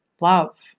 love